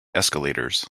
escalators